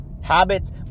habits